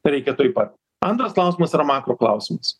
tai reikia tuoj pat antras klausimas yra makroklausimus